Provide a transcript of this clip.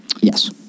Yes